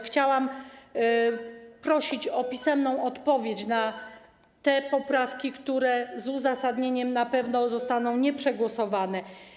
Chciałam prosić o pisemną odpowiedź na te poprawki, które z uzasadnieniem na pewno zostaną nieprzegłosowane.